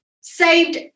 saved